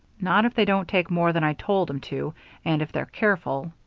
not if they don't take more than i told em to and if they're careful.